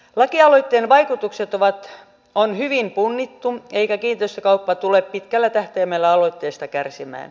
lakialoitteen vaikutukset on hyvin punnittu eikä kiinteistökauppa tule pitkällä tähtäimellä aloitteesta kärsimään